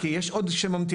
כי יש עוד שממתינים,